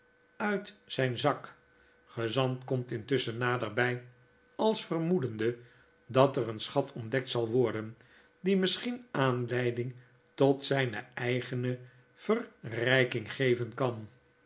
uit zjjn zak gezant komt intusschen naderbj als vermoedende dat er een schat ontdekt zal worden die misschien aanleiding tot zpe eigeneverrping geven kan